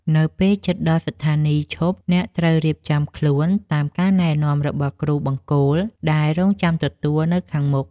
នៅពេលជិតដល់ស្ថានីយឈប់ អ្នកត្រូវរៀបចំខ្លួនតាមការណែនាំរបស់គ្រូបង្គោលដែលរង់ចាំទទួលនៅខាងមុខ។